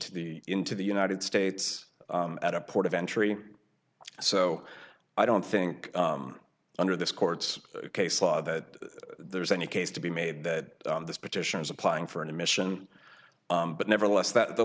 to the into the united states at a port of entry so i don't think under this court's case law that there's any case to be made that this petitioners applying for an admission but nevertheless that the